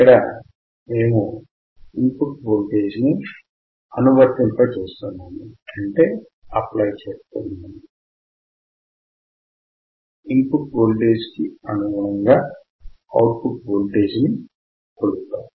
ఇక్కడ మేము input voltage ని అనువర్తింపచేశాము ఇన్ పుట్ వోల్టేజ్ కి అనుగుణముగా అవుట్ పుట్ వోల్టేజ్ ని కొలిచాము